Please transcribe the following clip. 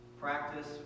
Practice